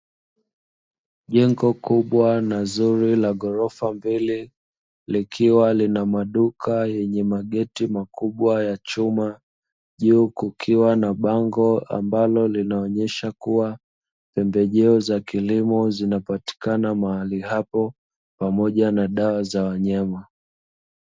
Jengo kubwa na zuri la ghorofa mbele likiwa lina maduka yenye mageti makubwa ya chuma. Juu kukiwa na bango ambalo linaonyesha kuwa pembejeo za kilimo zinapatikana mahali hapo, pamoja na dawa za wanyama.